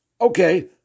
okay